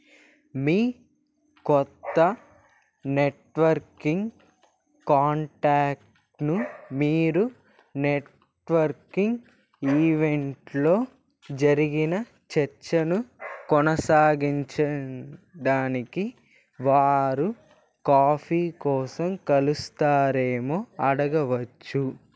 మీ కొత్త నెట్వర్కింగ్ కాంటాక్ట్ను మీరు నెట్వర్కింగ్ ఈవెంట్లో జరిగిన చర్చను కొనసాగించడానికి వారు కాఫీ కోసం కలుస్తారేమో అడగవచ్చు